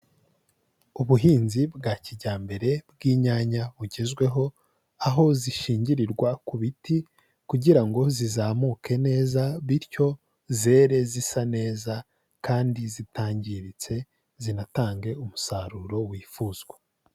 Ubuhinzi bwa kijyambere bw'inyanya bugezweho, aho zishingirirwa ku biti, kugira ngo zizamuke neza, bityo zere zisa neza kandi zitangiritse zinatange umusaruro wifuzwa.